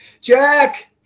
jack